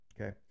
Okay